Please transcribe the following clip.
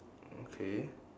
okay